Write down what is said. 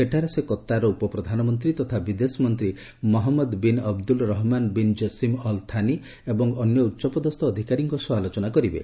ସେଠାରେ ସେ କତ୍ତାର୍ର ଉପପ୍ରଧାନମନ୍ତ୍ରୀ ତଥା ବିଦେଶ ମନ୍ତ୍ରୀ Mohammed bin Abdul Rahman bin Jassim Al Thani ଏବଂ ଅନ୍ୟ ଉଚ୍ଚପଦସ୍ଥ ଅଧିକାରୀଙ୍କ ସହ ଆଲୋଚନା କରିବେ